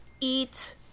eat